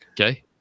Okay